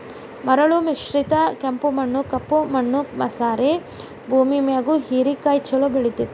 ಮರಳು ಮಿಶ್ರಿತ ಕೆಂಪು ಮಣ್ಣ, ಕಪ್ಪು ಮಣ್ಣು ಮಸಾರೆ ಭೂಮ್ಯಾಗು ಹೇರೆಕಾಯಿ ಚೊಲೋ ಬೆಳೆತೇತಿ